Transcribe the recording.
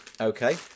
Okay